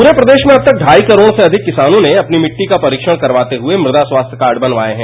पूरे प्रदेश में अब तक बाई करोड़ से अधिक किसानों ने अपनी मिही का परीक्षण करवाते हुए मृदा स्वास्थ्य कार्ड बनवाये हैं